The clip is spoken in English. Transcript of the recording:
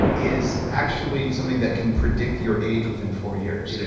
is actually something that can predict your age within four years it is.